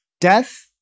death